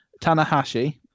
Tanahashi